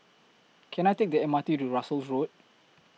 Can I Take The M R T to Russels Road